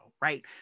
right